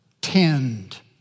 tend